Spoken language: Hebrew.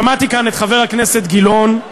שמעתי כאן את חבר הכנסת גילאון,